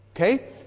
Okay